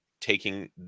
taking